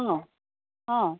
অঁ অঁ